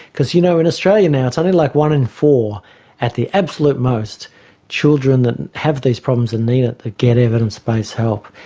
because, you know, in australia now it's only like one in four at the absolute most children that have these problems and need it that get evidence-based help.